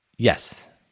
Yes